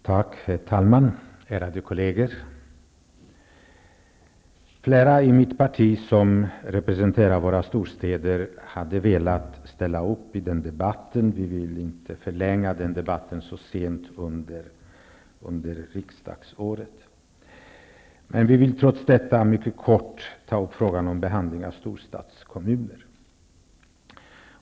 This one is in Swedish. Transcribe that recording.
Herr talman! Ärade kolleger! Flera i mitt parti som representerar våra storstäder hade velat ställa upp i den här debatten, men vi vill inte förlänga en debatt så sent under riksdagsåret. Vi vill trots detta mycket kort ta upp behandlingen av storstadskommuner.